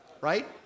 right